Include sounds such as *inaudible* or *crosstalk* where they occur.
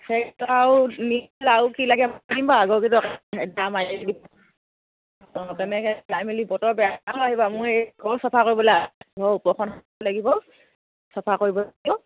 *unintelligible*